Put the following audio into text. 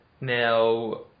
now